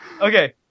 okay